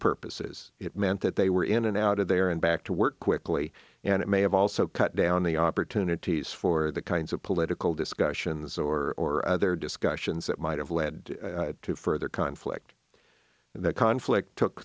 purposes it meant that they were in and out of there and back to work quickly and it may have also cut down the opportunities for the kinds of political discussions or other discussions that might have led to further conflict and that conflict took